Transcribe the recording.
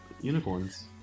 Unicorns